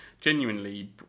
genuinely